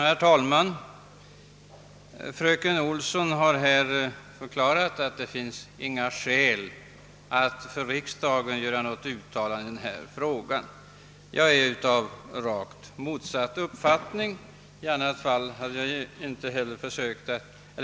Herr talman! Fröken Olsson har här förklarat att det finns inget skäl för riksdagen att göra något uttalande i denna fråga. Jag är av rakt motsatt uppfattning; i annat fall hade jag inte biträtt reservationen.